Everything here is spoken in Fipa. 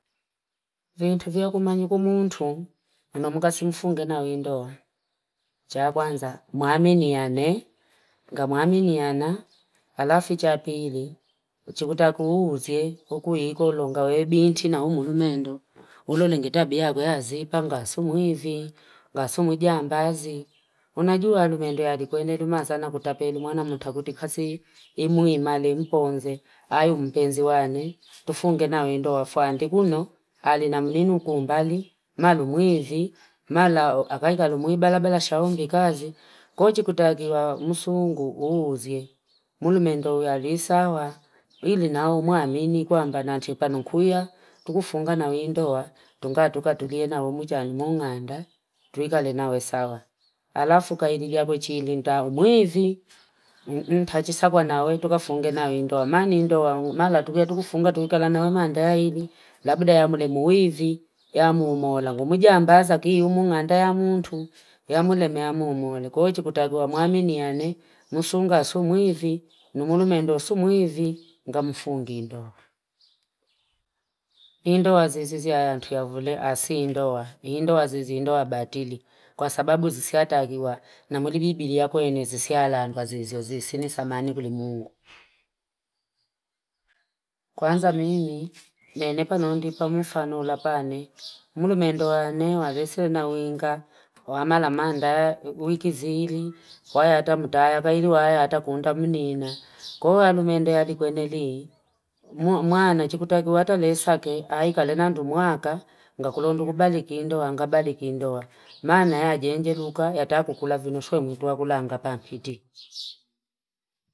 Vituu vyakumanyi kumuuntu unamukasimfunge nawendoa cha kwanza maanenye ane ngamau aminia alafu ikapili ichitakiwe uuse ukuikolo ngawe binti na umwenendo bora ninge tabia gaze ipanga simwivi nga sumuijambazi unajua ndio alikwene kutapeli mana mutakuti kasi imuimali mponze au mpenzi wane tufunge naye ndoa fantikuno awena mlilu kombali nalumwivi, nala akaikalimwi balabala shaombi kazikwahiyo kuchitakiwa msuungu uuzie mumeondi sawa ilinao mwamini kwamba nachipanu kuya tukufunga nawe ndoa tuka tukatulie nawo muchani mung'anda twiukunamwe sawa, alafu kailiakwe chilinda mwivii untachisawa tukafunge nawe ndoa manindoa mala tukikelitufunga tulikala na mandaili labda mli muwivi yamuumola ngumi jandaza kiumung'anda mutu yamule maamumu kwahiyo chikutakiwa mwaminiane musunga su mwivi, nung'ulu mwendo simwivi ngamfungi ndoa. Indoa zezea yantuyavule asiendoa iindoa sizi ndoa batili kwa sababu sa taliwa na mwili bibi yakwe sis syalanda zizio zi samani kuli Mungu. Kwanza mimi nyanepa muli mfano lapani mulinondoani nawesena winga wanalamanda wiki ziili wayata kunda munina koo aluminda kwendelii mwane chikutakiwa hata nwe swake aikale ndu mwaka ngakola nikubaliki ndoa ngabaliki i ndoa maana yajanjaluka yatakukulazimisha twakulanga pampiti.